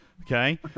Okay